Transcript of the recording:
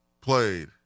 played